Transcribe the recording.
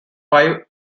five